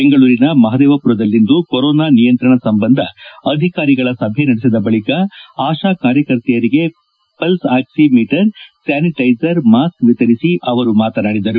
ಬೆಂಗಳೂರಿನ ಮಹದೇವಪುರದಲ್ಲಿಂದು ಕೊರೊನಾ ನಿಯಂತ್ರಣ ಸಂಬಂಧ ಅಧಿಕಾರಿಗಳ ಸಭೆ ನಡೆಸಿದ ಬಳಿಕ ಆಶಾ ಕಾರ್ಯಕರ್ತೆಯರಿಗೆ pulse oximeter sanitiser mask ವಿತರಿಸಿ ಅವರು ಮಾತನಾಡಿದರು